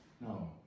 No